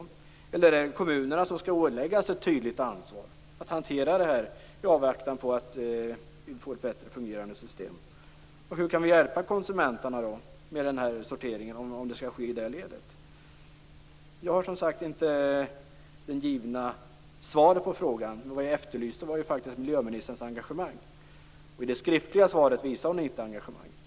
Eller är det kommunerna som skall åläggas ett tydligt ansvar att hantera detta i avvaktan på att vi får ett bättre fungerande system? Hur kan vi hjälpa konsumenterna med den här sorteringen, om den skall ske i det ledet? Jag har som sagt inte det givna svaret på frågan. Det jag efterlyste var faktiskt miljöministerns engagemang. I det skriftliga svaret visade hon inget engagemang.